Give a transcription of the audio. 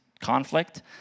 conflict